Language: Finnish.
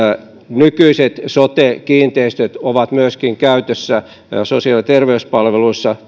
nykyiset sote kiinteistöt ovat käytössä sosiaali ja terveyspalveluissa